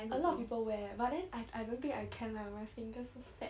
a lot of people wear but then I I don't think I can lah my finger so fat